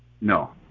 No